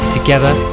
Together